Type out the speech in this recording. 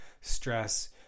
stress